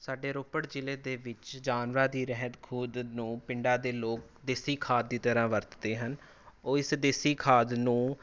ਸਾਡੇ ਰੋਪੜ ਜ਼ਿਲ੍ਹੇ ਦੇ ਵਿੱਚ ਜਾਨਵਰਾਂ ਦੀ ਰਹਿੰਦ ਖੂੰਹਦ ਨੂੰ ਪਿੰਡਾਂ ਦੇ ਲੋਕ ਦੇਸੀ ਖਾਦ ਦੀ ਤਰ੍ਹਾਂ ਵਰਤਦੇ ਹਨ ਉਹ ਇਸ ਦੇਸੀ ਖਾਦ ਨੂੰ